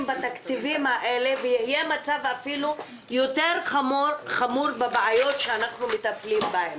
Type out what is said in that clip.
בתקציבים הללו ויהיה מצב אפילו חמור יותר בבעיות שאנחנו מטפלים בהן.